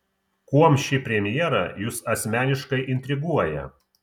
kuom ši premjera jus asmeniškai intriguoja